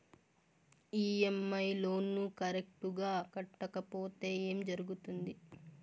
EMI loan correct గా కట్టకపోతే ఏం జరుగుతుంది